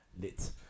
lit